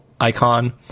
icon